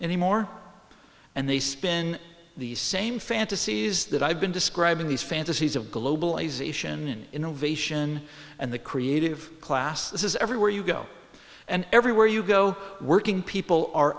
anymore and they spin the same fantasies that i've been describing these fantasies of globalization and innovation and the creative class this is everywhere you go and everywhere you go working people are